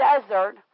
desert